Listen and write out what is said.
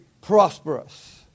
prosperous